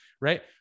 Right